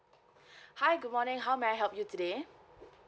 hi good morning how may I help you today